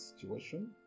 situation